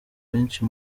benshi